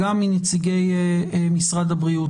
גם מנציגי משרד הבריאות,